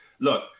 look